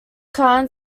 kan